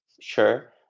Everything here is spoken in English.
sure